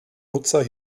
nutzer